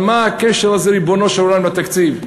אבל מה הקשר של זה, ריבונו של עולם, עם התקציב?